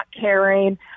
caring